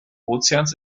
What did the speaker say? ozeans